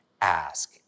Ask